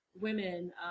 women